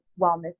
Wellness